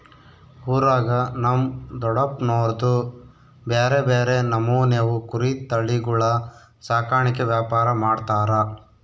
ಊರಾಗ ನಮ್ ದೊಡಪ್ನೋರ್ದು ಬ್ಯಾರೆ ಬ್ಯಾರೆ ನಮೂನೆವು ಕುರಿ ತಳಿಗುಳ ಸಾಕಾಣಿಕೆ ವ್ಯಾಪಾರ ಮಾಡ್ತಾರ